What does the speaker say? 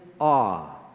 awe